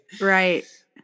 Right